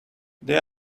they